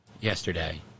yesterday